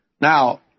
Now